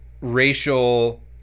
racial